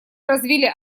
развили